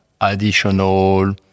additional